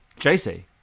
JC